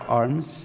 arms